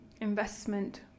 investment